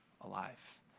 alive